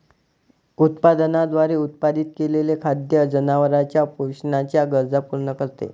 उत्पादनाद्वारे उत्पादित केलेले खाद्य जनावरांच्या पोषणाच्या गरजा पूर्ण करते